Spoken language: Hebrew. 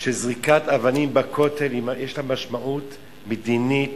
של זריקת אבנים בכותל, יש לה משמעות מדינית,